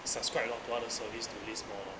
subscribe lor to 它的 service to list hor